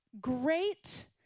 great